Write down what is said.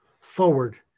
forward